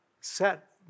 Set